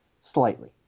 slightly